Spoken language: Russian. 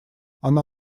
она